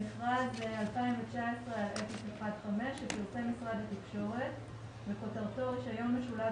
מכרז 015/2019 שפרסם משרד התקשורת וכותרתו "רישיון משולב